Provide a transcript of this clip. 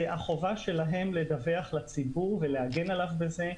זה החובה שלהם לדווח לציבור ולהגן עליו בזה,